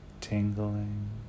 tingling